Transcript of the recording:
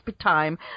time